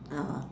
ah